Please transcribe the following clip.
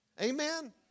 Amen